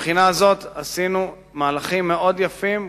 מהבחינה הזאת עשינו מהלכים מאוד יפים,